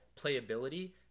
playability